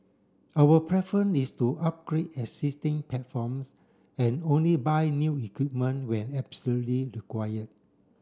our preference is to upgrade existing platforms and only buy new equipment when absolutely require